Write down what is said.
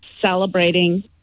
celebrating